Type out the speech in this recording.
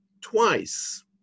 twice